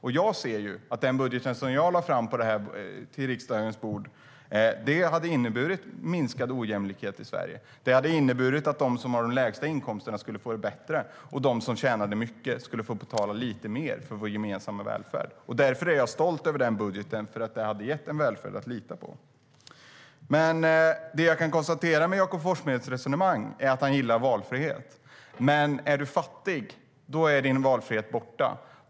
Den budget som jag var med om att lägga fram på riksdagens bord hade inneburit minskad ojämlikhet i Sverige. Den hade inneburit att de som har de lägsta inkomsterna skulle få det bättre. De som tjänade mycket skulle få betala lite mer för vår gemensamma välfärd. Därför är jag stolt över den budgeten. Den hade gett en välfärd att lita på. Det som jag kan konstatera med Jakob Forssmeds resonemang är att han gillar valfrihet. Men är du fattig, då är din valfrihet borta.